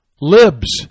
Libs